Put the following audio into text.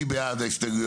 מי בעד?